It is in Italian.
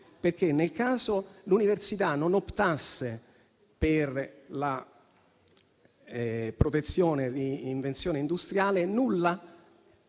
nel caso in cui l'università non optasse per la protezione dell'invenzione industriale, nulla